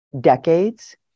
decades